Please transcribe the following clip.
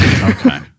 Okay